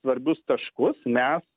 svarbius taškus mes